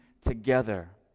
together